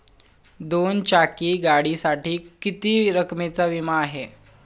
दोन चाकी गाडीसाठी किती रकमेचा विमा आहे?